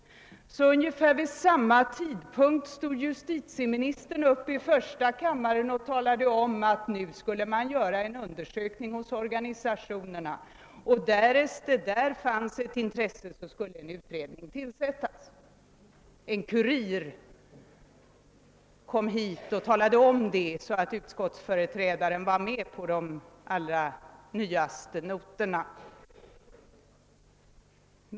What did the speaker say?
Ungefär vid samma tidpunkt stod justitieministern upp i första kammaren och sade, att man nu skulle göra en undersökning hos organisationerna och att, därest det där fanns ett intresse härför, så skulle en utredning tillsättas. En kurir kom hit till andra kammaren och berättade om detta, så att utskottsföreträdaren skulle kunna vara med på de allra nyaste noterna.